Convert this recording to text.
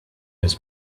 his